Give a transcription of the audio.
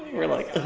we're like.